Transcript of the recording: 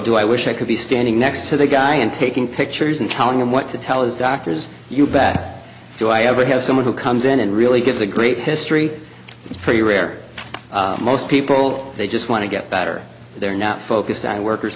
do i wish i could be standing next to the guy and taking pictures and telling him what to tell his doctors you back to i ever have someone who comes in and really gives a great head it's pretty rare most people they just want to get better they're not focused on workers